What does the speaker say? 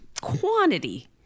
quantity